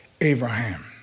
Abraham